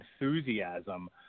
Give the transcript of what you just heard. enthusiasm